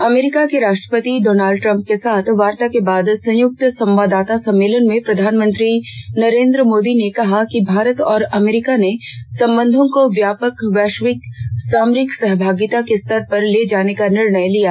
अमरीका के राष्ट्रपति Donald Trump के साथ वार्ता के बाद संयुक्त संवाददाता सम्मेलन में प्रधानमंत्री नरेन्द्र मोदी ने कहा कि भारत और अमरीका ने संबंधों को व्यापक वैश्विक सामारिक सहभागिता के स्तर पर ले जाने का निर्णय लिया